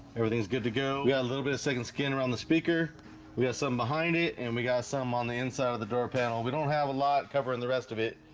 everything's good to go. yeah a little bit of second skin around the speaker we have something behind it and we got some on the inside of the door panel we don't have a lot covering the rest of it.